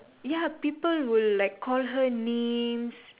ya people will like call her names